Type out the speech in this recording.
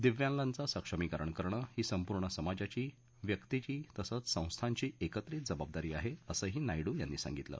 दिव्यागाचं सक्षमीकरण करणं ही संपूर्ण समाजाची व्यक्तीची तसंच संस्थांची एकत्रित जबाबदारी आहे असंही नायडू यांनी सांगितलं